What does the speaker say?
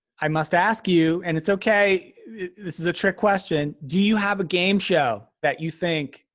i must ask you, and it's okay this is a trick question. do you have a game show that you think,